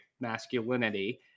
masculinity